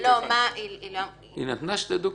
היא נתנה שתי דוגמאות.